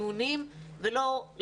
ולא לקום וללכת.